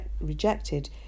rejected